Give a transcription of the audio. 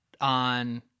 on